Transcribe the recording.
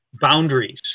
boundaries